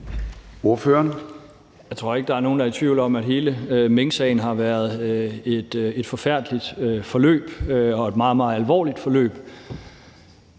Pedersen (V): Jeg tror ikke, der er nogen, der er i tvivl om, at hele minksagen har været et forfærdeligt forløb og et meget, meget alvorligt forløb.